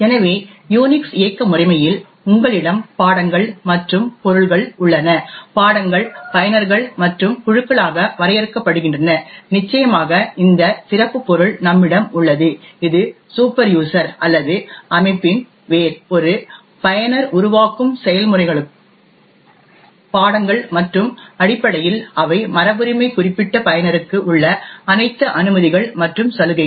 எனவே யுனிக்ஸ் இயக்க முறைமையில் உங்களிடம் பாடங்கள் மற்றும் பொருள்கள் உள்ளன பாடங்கள் பயனர்கள் மற்றும் குழுக்களாக வரையறுக்கப்படுகின்றன நிச்சயமாக இந்த சிறப்பு பொருள் நம்மிடம் உள்ளது இது சூப்பர் யூசர் அல்லது அமைப்பின் வேர் ஒரு பயனர் உருவாக்கும் செயல்முறைகளும் பாடங்கள் மற்றும் அடிப்படையில் அவை மரபுரிமை குறிப்பிட்ட பயனருக்கு உள்ள அனைத்து அனுமதிகள் மற்றும் சலுகைகள்